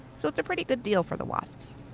so it's a pretty good deal for the wasps.